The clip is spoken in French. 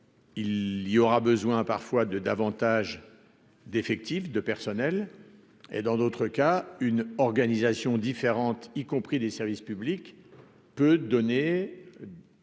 il y aura besoin à par. De davantage d'effectifs de personnel et dans d'autres cas, une organisation différente y compris des services publics peut donner.